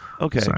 Okay